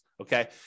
okay